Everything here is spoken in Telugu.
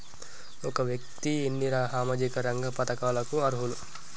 ఒక వ్యక్తి ఎన్ని సామాజిక రంగ పథకాలకు అర్హులు?